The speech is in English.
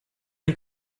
and